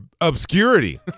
Obscurity